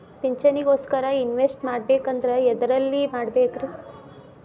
ಪಿಂಚಣಿ ಗೋಸ್ಕರ ಇನ್ವೆಸ್ಟ್ ಮಾಡಬೇಕಂದ್ರ ಎದರಲ್ಲಿ ಮಾಡ್ಬೇಕ್ರಿ?